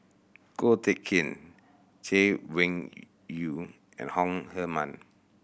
Ko Teck Kin Chay Weng Yew and Hong Heman